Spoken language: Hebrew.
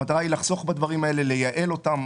המטרה היא לחסוך בדברים האלה, לייעל אותם.